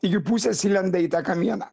jų pusės įlenda į tą kamieną